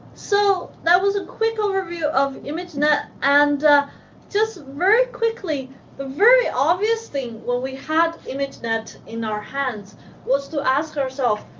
so, that was a quick overview of imagenet and just very quickly, the very obvious thing when we had imagenet in our hands was to ask our self,